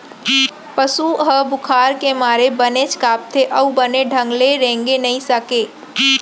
पसु ह बुखार के मारे बनेच कांपथे अउ बने ढंग ले रेंगे नइ सकय